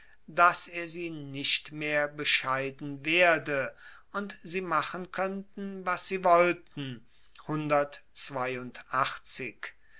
dass er sie nicht mehr bescheiden werde und sie machen koennten was sie wollten